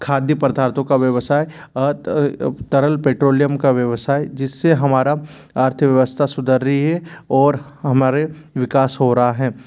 खाद्य परदार्थो का व्यवसाय तरल पेट्रोलियम का व्यवसाय जिससे हमारा अर्थव्यवस्था सुधार रही है और हमारे विकास हो रहा है